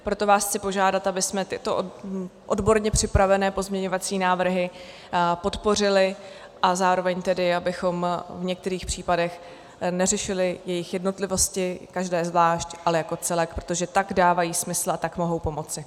Proto vás chci požádat, abychom tyto odborně připravené pozměňovacími návrhy podpořili a zároveň tedy abychom v některých případech neřešili jejich jednotlivosti, každé zvlášť, ale jako celek, protože tak dávají smysl, a tak mohou pomoci.